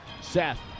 Seth